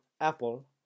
Apple